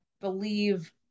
believe